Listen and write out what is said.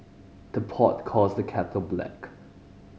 the pot calls the kettle black